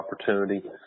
opportunity